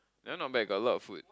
that one not bad got a lot of food